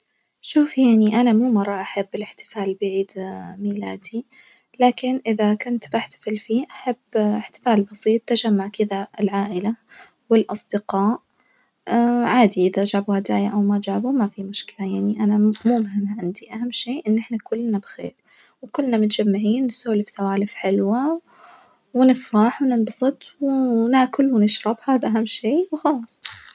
شوف يعني أنا مو مرة أحب الإحتفال بعيد ميلادي، لكن إذا كنت بحتفل فيه أحب إحتفال بسيط تجمع كدة العائلة والأصدقاء، عادي إذا جابوا هدايا أو ما جابوا ما في مشكلة يعني أنا مو مهم عندي أهم شي إن إحنا كلنا بخير وكلنا متجمعين نسولف سوالف حلوة ونفرح وننبسط وناكل ونشرب هذا أهم شي وخلاص.